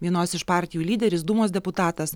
vienos iš partijų lyderis dūmos deputatas